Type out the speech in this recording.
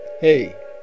hey